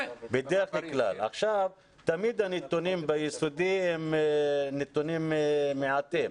תמיד הנתונים ביסודי הם נתונים מעטים,